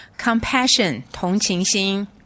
Compassion,同情心